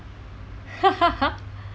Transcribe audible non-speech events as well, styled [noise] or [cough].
[laughs]